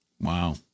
Wow